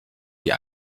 die